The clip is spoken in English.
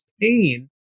pain